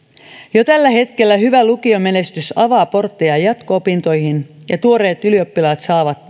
jo tällä hetkellä hyvä lukiomenestys avaa portteja jatko opintoihin ja tuoreet ylioppilaat saavat